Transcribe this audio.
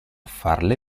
farle